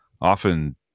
often